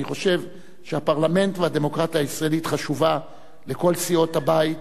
אני חושב שהפרלמנט והדמוקרטיה הישראלית חשובים לכל סיעות הבית,